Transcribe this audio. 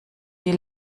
sie